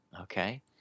okay